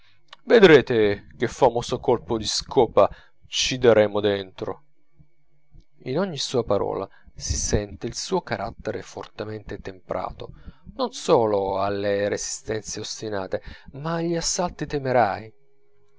vedrete che famoso colpo di scopa ci daremo dentro in ogni sua parola si sente il suo carattere fortemente temprato non solo alle resistenze ostinate ma agli assalti